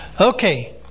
Okay